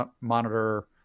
monitor